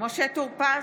משה טור פז,